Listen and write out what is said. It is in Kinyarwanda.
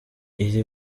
iri